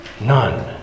None